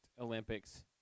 Olympics